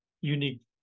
unique